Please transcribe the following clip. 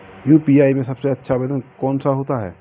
UPI में सबसे अच्छा आवेदन कौन सा होता है?